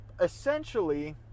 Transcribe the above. essentially